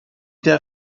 der